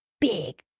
big